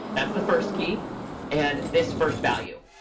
that's the first key and this first value.